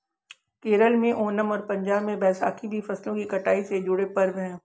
केरल में ओनम और पंजाब में बैसाखी भी फसलों की कटाई से जुड़े पर्व हैं